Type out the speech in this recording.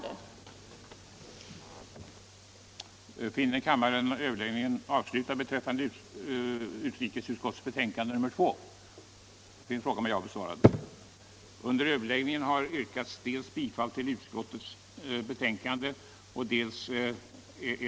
den det ej vill röstar nej.